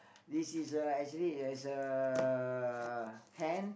this is a actually it's a hand